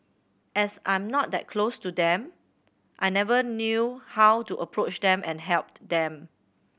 as I'm not that close to them I never knew how to approach them and help them